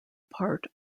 part